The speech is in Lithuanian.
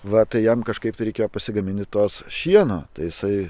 va tai jam kažkaip reikėjo pasigamini tos šieno tai jisai